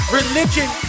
religion